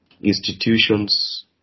institutions